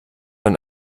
man